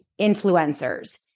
influencers